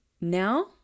now